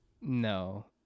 no